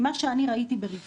ממה שראיתי ברפרוף,